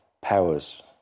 powers